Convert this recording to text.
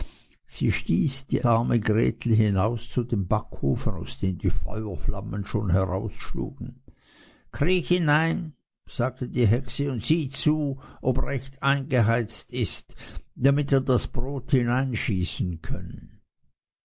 sie stieß das arme gretel hinaus zu dem backofen aus dem die feuerflammen schon herausschlugen kriech hinein sagte die hexe und sieh zu ob recht eingeheizt ist damit wir das brot hineinschießen können